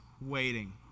waiting